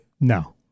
No